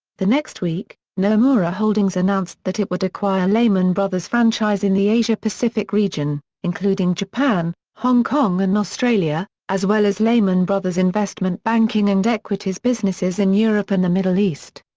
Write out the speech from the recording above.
the next week, nomura holdings announced that it would acquire lehman brothers' franchise in the asia-pacific region, including japan, hong kong and australia, as well as lehman brothers' investment banking and equities businesses in europe and the middle east.